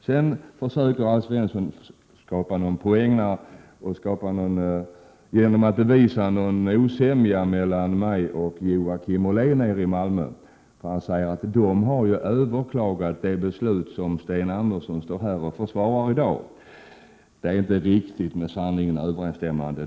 Sedan försöker Alf Svensson ta poäng genom att visa på någon osämja mellan mig och Joakim Ollén i Malmö. Han har ju överklagat det beslut som Sten Andersson står här och försvarar i dag, säger Alf Svensson. Det är inte riktigt med sanningen överensstämmande.